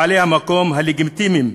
בעלי המקום הלגיטימיים,